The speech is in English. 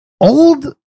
old